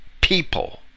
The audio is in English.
people